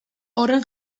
horren